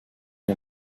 mir